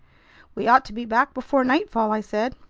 we ought to be back before nightfall, i said.